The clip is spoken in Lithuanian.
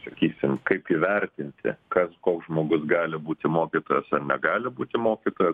sakysime kaip įvertinti kas koks žmogus gali būti mokytojas ar negali būti mokytojas